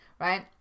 right